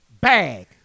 Bag